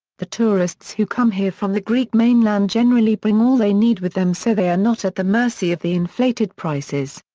the tourists who come here from the greek mainland generally bring all they need with them so they are not at the mercy of the inflated prices.